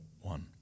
one